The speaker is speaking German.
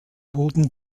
boden